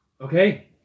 Okay